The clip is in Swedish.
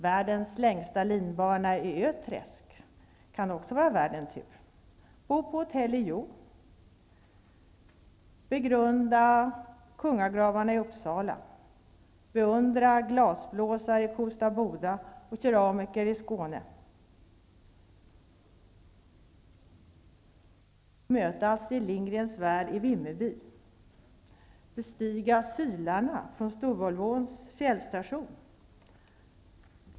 Världens längsta linbana i Öträsk kan också vara värd en tur. Bo på hotell i Hjo. Begrunda kungagravarna i Uppsala. Skåne. Möta Astrid Lindgrens värld i Vimmerby. Bestiga Sylarna från Storulvåns fjällstation.